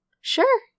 Sure